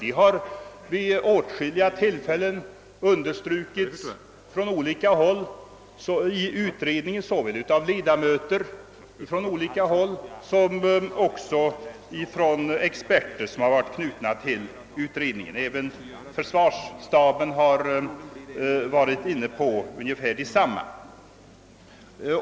Detta har vid åtskilliga tillfällen understrukits från olika håll i utredningen, såväl av olika ledamöter som av till utredningen knutna experter. Även försvarsstaben har varit inne på samma tankegångar.